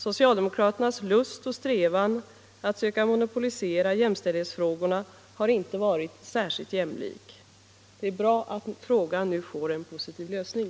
Socialdemokraternas lust och strävan att monopolisera jämställdhetsarbetet har inte varit särskilt jämlikt. Det är bra att frågan nu får en positiv lösning.